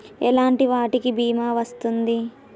ఎలాంటి వాటికి బీమా వస్తుంది?